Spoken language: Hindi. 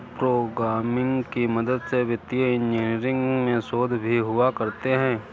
प्रोग्रामिंग की मदद से वित्तीय इन्जीनियरिंग में शोध भी हुआ करते हैं